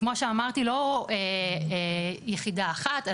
כמו שאמרתי לא יחידה אחת,